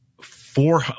four